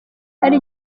ari